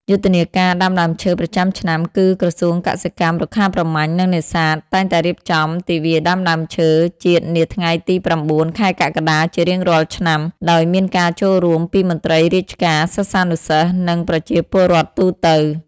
យុទ្ធនាការដាំដើមឈើប្រចាំឆ្នាំ គឹក្រសួងកសិកម្ម រុក្ខាប្រមាញ់ និងនេសាទ តែងតែរៀបចំទិវាដាំដើមឈើជាតិនាថ្ងៃទី៩ ខែកក្កដាជារៀងរាល់ឆ្នាំ ដោយមានការចូលរួមពីមន្ត្រីរាជការ សិស្សានុសិស្ស និងប្រជាពលរដ្ឋទូទៅ។